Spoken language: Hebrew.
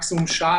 מקסימום שעה,